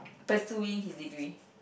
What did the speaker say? pursuing his degree